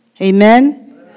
Amen